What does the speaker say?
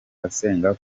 asenga